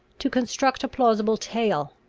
to construct a plausible tale,